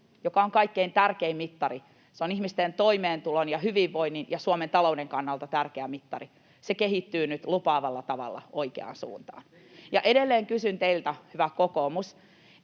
joka on kaikkein tärkein mittari, ihmisten toimeentulon ja hyvinvoinnin ja Suomen talouden kannalta tärkeä mittari, kehittyy nyt lupaavalla tavalla oikeaan suuntaan. Ja edelleen kysyn teiltä, hyvä kokoomus